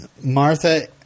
Martha